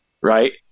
right